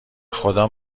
بخدا